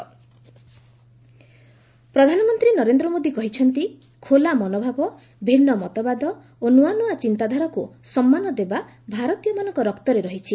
PM Kerala ପ୍ରଧାନମନ୍ତ୍ରୀ ନରେନ୍ଦ୍ର ମୋଦୀ କହିଛନ୍ତି ଖୋଲା ମନୋଭାବ ଭିନ୍ନ ମତବାଦ ଓ ନ୍ୱଆନ୍ତଆ ଚିନ୍ତାଧାରାକୁ ସମ୍ମାନ ଦେବା ଭାରତୀୟମାନଙ୍କ ରକ୍ତରେ ରହିଛି